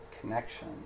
connection